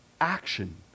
action